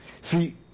See